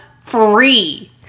free